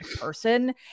person